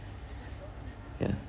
ya